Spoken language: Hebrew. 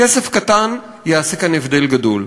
כסף קטן יעשה כאן הבדל גדול,